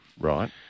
Right